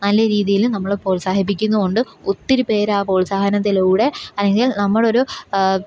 നല്ല രീതിയിൽ നമ്മൾ പ്രോത്സാഹിപ്പിക്കുന്നതുകൊണ്ട് ഒത്തിരിപ്പേരാ പ്രോത്സാഹനത്തിലൂടെ അല്ലെങ്കിൽ നമ്മളൊരു